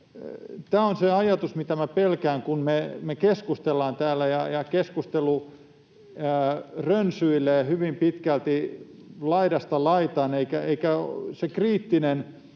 Tämä on se ajatus, mitä minä pelkään, kun me keskustellaan täällä ja keskustelu rönsyilee hyvin pitkälti laidasta laitaan. Kriittinen,